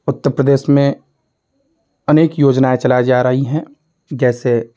उत्तर प्रदेश में अनेक योजनाएँ चलाए जा रही हैं जैसे